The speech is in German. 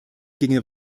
ginge